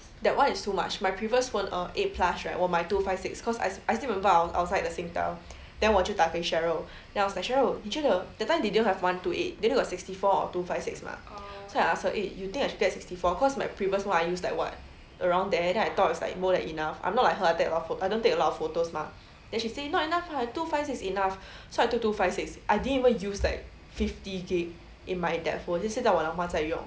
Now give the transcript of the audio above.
that [one] is too much my previous phone err eight plus right 我买 two five six cause I I still remember I was outside the Singtel then 我就打给 cheryl then I was like cheryl 你觉得 that time they don't have one two eight they only got sixty four or two five six mah so I ask her eh you think I should get sixty four cause my previous phone I use like about around there and then I thought is like more than enough I don't take a lot of photos mah then she say not enough lah two five six enough so I took two five six I didn't even use like fifty G_B in my that phone then 现在我老妈在用